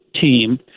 team